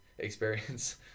experience